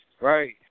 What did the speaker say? right